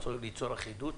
ליצור אחידות?